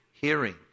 Hearing